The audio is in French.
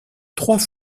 trois